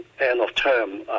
end-of-term